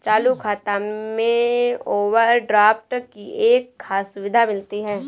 चालू खाता में ओवरड्राफ्ट की एक खास सुविधा मिलती है